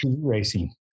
racing